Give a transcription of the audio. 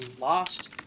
lost